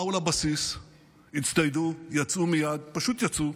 באו לבסיס, הצטיידו, יצאו מייד, פשוט יצאו,